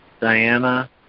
Diana